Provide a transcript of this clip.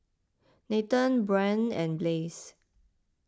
Nathen Brynn and Blaze